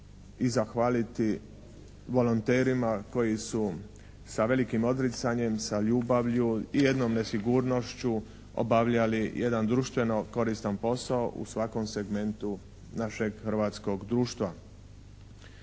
i zahvaliti volonterima koji su sa velikim odricanjem, sa ljubavlju i jednom nesigurnošću obavljali jedan društveno koristan posao u svakom segmentu našeg hrvatskog društva.